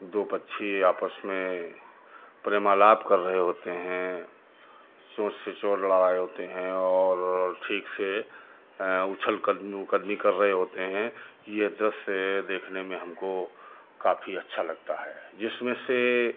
दो पक्षी आपस में प्रेमालाप कर रहे होते हैं चोंच से चोंच लड़ाए होते हैं और ठीक से उछल कदमी कर रहे होते हैं ये दृश्य देखने में हमको काफ़ी अच्छा लगता है जिसमें से